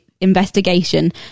investigation